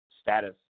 status